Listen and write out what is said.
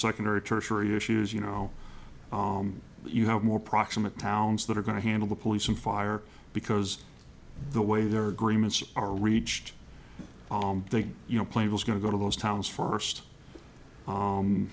secondary tertiary issues you know you have more proximate towns that are going to handle the police and fire because the way their agreements are reached thing you know play was going to go to those towns first